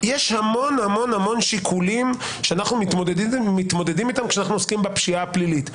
יש המון שיקולים שאנחנו מתמודדים אתם כשאנחנו עוסקים בפשיעה הפלילית.